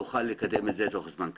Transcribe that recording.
נוכל לקדם את זה תוך זמן קצר.